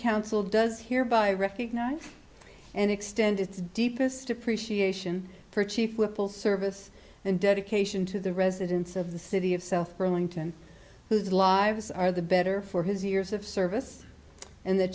council does hereby recognize and extend its deepest appreciation for chief whipple service and dedication to the residents of the city of south burlington whose lives are the better for his years of service and the